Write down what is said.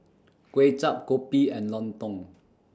Kway Chap Kopi and Lontong